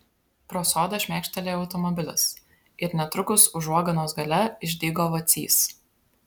pro sodą šmėkštelėjo automobilis ir netrukus užuoganos gale išdygo vacys